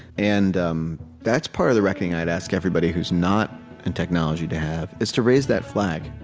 and um that's part of the reckoning i'd ask everybody who's not in technology to have, is to raise that flag.